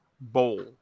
bowl